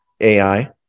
AI